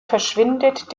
verschwindet